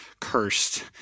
cursed